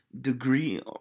degree